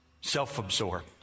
self-absorbed